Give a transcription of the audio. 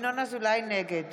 נגד